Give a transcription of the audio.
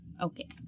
Okay